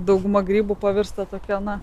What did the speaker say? dauguma grybų pavirsta tokie na